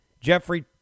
Jeffrey